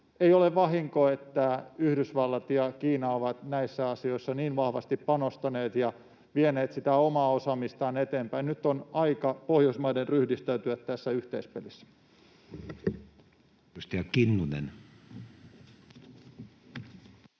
Ei ole vahinko, että Yhdysvallat ja Kiina ovat näihin asioihin niin vahvasti panostaneet ja vieneet sitä omaa osaamistaan eteenpäin. Nyt on aika Pohjoismaiden ryhdistäytyä tässä yhteispelissä.